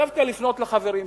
דווקא לפנות לחברים שלי: